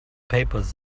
papers